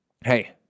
hey